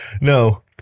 No